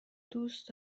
دوست